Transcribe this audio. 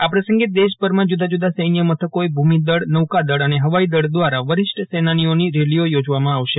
આ પ્રસંગે દેશભરમાં જુદા જુદા સૈન્ય મથકોએ ભૂમિદળ નૌકાદળ અને હવાઈદળ દ્વારા વરિષ્ઠ સૈનાનીઓની રેલીઓ યોજવામાં આવશે